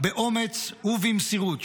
באומץ ובמסירות,